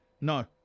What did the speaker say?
No